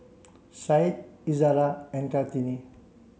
Syed Izzara and Kartini